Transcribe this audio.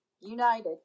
united